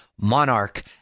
monarch